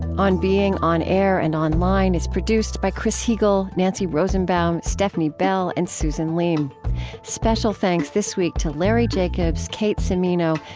on being on air and online is produced by chris heagle, nancy rosenbaum, stefni bell, and susan leem special thanks this week to larry jacobs, kate cimino,